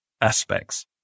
aspects